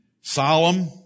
Solemn